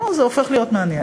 אוה, זה הופך להיות מעניין.